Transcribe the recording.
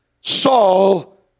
Saul